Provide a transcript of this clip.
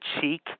cheek